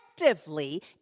effectively